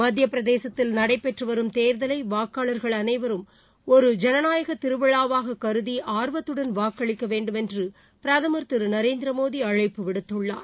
மத்திய பிரதேசத்தில் நடைபெற்று வரும் தேர்தலை வாக்காளர்கள் அனைவரும் ஒரு திருவிழாவாகக் கருதி ஆர்வத்துடன் வாக்களிக்க வேண்டுமென்று பிரதமர் திரு நரேந்திரமோடி அழைப்பு விடுத்துள்ளார்